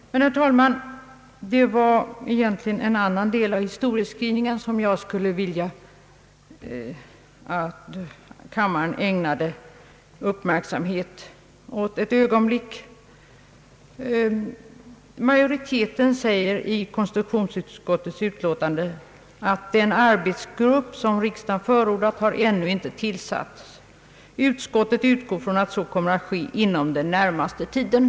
Det var, herr talman, egentligen en annan del av historieskrivningen som jag vill be kammaren ägna uppmärksamhet ett ögonblick. Majoriteten bak om konstitutionsutskottets utlåtande påpekar att den arbetsgrupp som riksdagen har förordat ännu inte tillsatts. Utskottet utgår från att så sker inom den närmaste tiden.